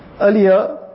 earlier